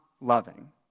loving